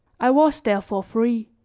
i was therefore free,